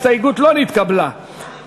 קבוצת סיעת בל"ד וקבוצת סיעת קדימה